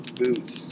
boots